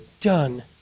done